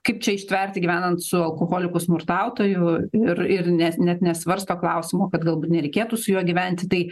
kaip čia ištverti gyvenant su alkoholiku smurtautoju ir ir nes net nesvarsto klausimo kad galbūt nereikėtų su juo gyventi tai